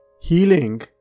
healing